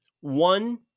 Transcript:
one